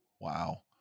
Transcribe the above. Wow